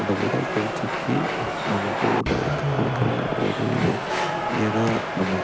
அந்த உடற்பயிற்சிக்கு நம்ம கூட கொடுக்குற ஒரு இது ஏன்னால் நம்ம